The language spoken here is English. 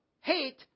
hate